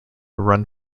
run